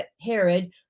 Herod